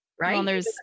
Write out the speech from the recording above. Right